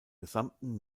gesamten